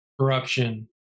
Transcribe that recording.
corruption